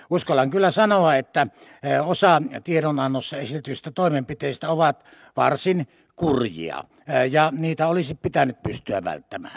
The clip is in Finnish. uskallan kyllä sanoa että osa tiedonannossa esitetyistä toimenpiteistä on varsin kurjia ja niitä olisi pitänyt pystyä välttämään